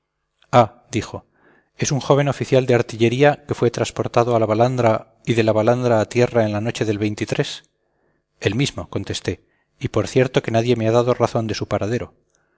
dijo es un joven oficial de artillería que fue transportado a la balandra y de la balandra a tierra en la noche del el mismo conteste y por cierto que nadie me ha dado razón de su paradero